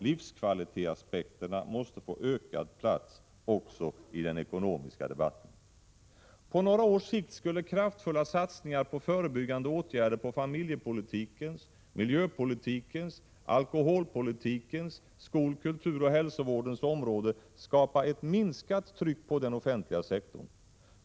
Livskvalitetsas pekterna måste få ökad plats också i den ekonomiska debatten. På några års sikt skulle kraftfulla satsningar på förebyggande åtgärder på familjepolitikens, miljöpolitikens, alkoholpolitikens, skol-, kulturoch hälsovårdens område skapa ett minskat tryck på den offentliga sektorn.